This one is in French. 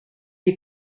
est